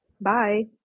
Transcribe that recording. Bye